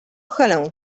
helę